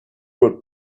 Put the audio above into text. would